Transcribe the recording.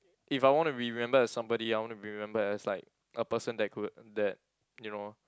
if I want to be remembered as somebody I want to be remembered as like a person that could that you know